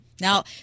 Now